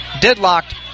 deadlocked